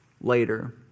Later